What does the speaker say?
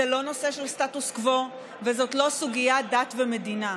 זה לא נושא של סטטוס קוו וזאת לא סוגיית דת ומדינה,